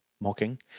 mocking